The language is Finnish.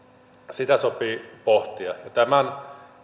sitä sopii pohtia tämän